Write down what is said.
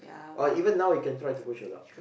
or even now you can try to push your luck